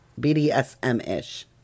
BDSM-ish